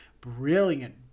brilliant